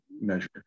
measure